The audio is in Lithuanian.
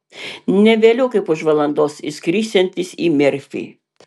ne vėliau kaip už valandos išskrisiantis į memfį